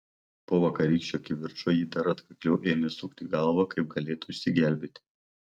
po vakarykščio kivirčo ji dar atkakliau ėmė sukti galvą kaip galėtų išsigelbėti